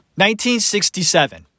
1967